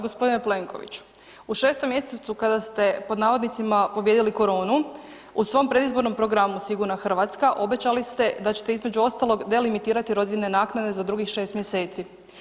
Gospodine Plenkoviću u 6. mjesecu kada ste pod navodnicima pobijedili koronu u svom predizbornom programu Sigurna Hrvatska obećali ste da ćete između ostalog delimitirati rodiljne naknade za drugih 6 mjeseci.